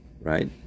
right